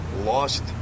lost